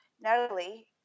Natalie